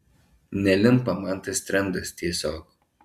nelimpa man tas trendas tiesiog